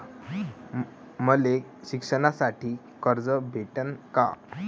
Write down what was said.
मले शिकासाठी कर्ज भेटन का?